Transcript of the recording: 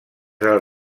del